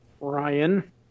Ryan